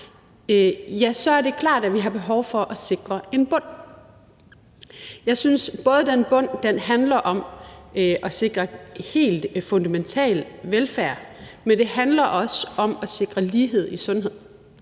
så er det klart, at vi har behov for at sikre en bund. Jeg synes, at den bund både handler om at sikre helt fundamental velfærd, men den handler også om at sikre lighed i sundhed.